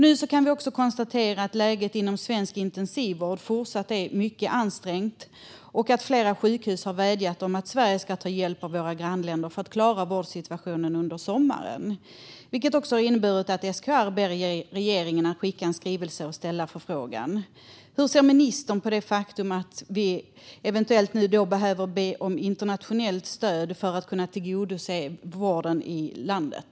Nu kan vi också konstatera att läget inom svensk intensivvård fortsatt är mycket ansträngt och att flera sjukhus har vädjat om att Sverige ska ta hjälp av sina grannländer för att klara vårdsituationen under sommaren. Det innebär att SKR ber regeringen att skicka en skrivelse och göra en förfrågan. Hur ser ministern på det faktum att vi nu eventuellt behöver be om internationellt stöd för att vi ska kunna tillgodose vårdens behov i landet?